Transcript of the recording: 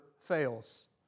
fails